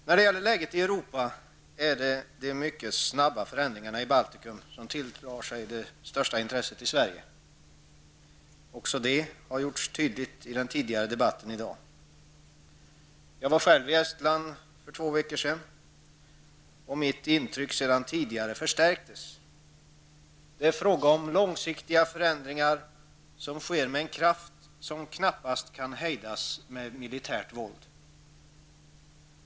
När det gäller läget i Europa är det de mycket snabba förändringarna i Baltikum som tilldrar sig det största intresset hos oss i Sverige. Också detta har gjorts tydligt i debatten tidigare i dag. Själv var jag i Estland för två veckor sedan. Det intryck som jag har sedan tidigare förstärktes: Det är fråga om långsiktiga förändringar som sker med en kraft som knappast kan hejdas med militärt våld.